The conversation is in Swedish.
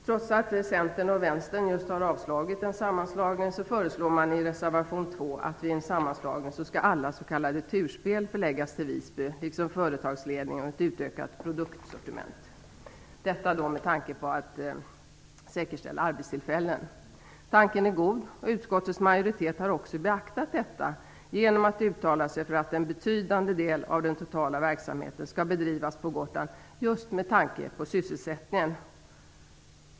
Trots att Centern och Vänsterpartiet har avstyrkt en sammanslagning föreslår man i reservation nr 2 att vid en sammanslagning skall alla s.k. turspel förläggas till Visby liksom företagsledning och ett utökat produktsortiment, detta med tanke på att säkerställa arbetstillfällen. Tanken är god, och utskottets majoritet har också beaktat detta genom att uttala sig för att en betydande del av den totala verksamheten skall bedrivas på Gotland just med tanke på sysselsättningen.